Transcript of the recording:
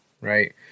right